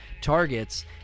targets